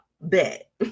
bet